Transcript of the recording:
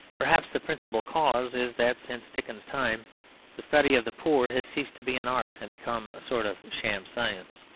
perhaps the principal cause is that since dickens's time the study of the poor has ceased to be an art and become a sort of sham science.